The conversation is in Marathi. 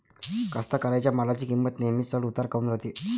कास्तकाराइच्या मालाची किंमत नेहमी चढ उतार काऊन होते?